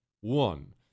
One